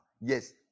Yes